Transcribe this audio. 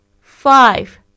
Five